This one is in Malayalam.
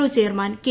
O chairman K